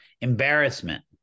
embarrassment